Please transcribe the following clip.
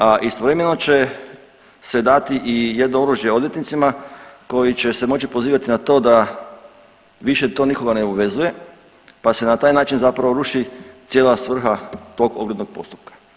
A istovremeno će se dati i jedno oružje odvjetnicima koji će se moći pozivati na to da više to nikoga ne obvezuje pa se na taj način zapravo ruši cijela svrha tog oglednog postupka.